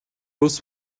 улс